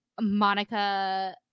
Monica